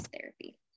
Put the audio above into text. therapy